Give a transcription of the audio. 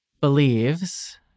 believes